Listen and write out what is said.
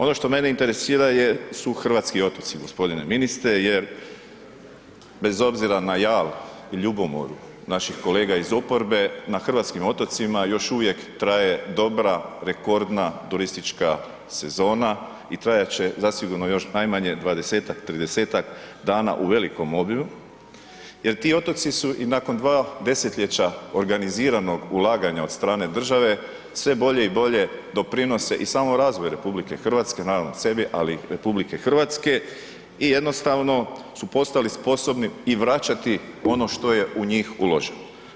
Ono što mene interesira su hrvatski otoci, g. ministre jer bez obzira na jal i ljubomoru naših kolega iz oporbe, na hrvatskim otocima još uvijek traje dobra, rekordna turistička sezona i trajat će, zasigurno još najmanje 20-tak, 30-tak dana u velikom obimu jer ti otoci su i nakon 2 desetljeća organiziranog ulaganja od strane države, sve bolje i bolje doprinose i samom razvoju RH, ... ali RH, i jednostavno su postali sposobni i vraćati ono što je u njih uloženo.